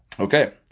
Okay